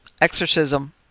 exorcism